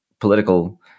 political